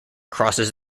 crosses